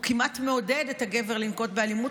הוא כמעט מעודד את הגבר לנקוט אלימות,